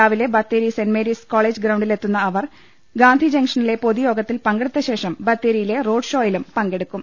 രാവിലെ Bathery saint Mary's college ഗ്രൌണ്ടിലെത്തുന്ന അവർ ഗാന്ധി ജംഗ്ഷനിലെ പൊതുയോഗത്തിൽ പങ്കെടുത്തശേഷം ബത്തേരിയിലെ റോഡ്ഷോയിലും പങ്കെടുക്കും